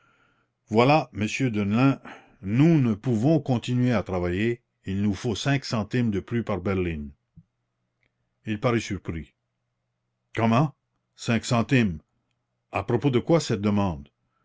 voilà monsieur deneulin nous ne pouvons continuer à travailler il nous faut cinq centimes de plus par berline il parut surpris comment cinq centimes a propos de quoi cette demande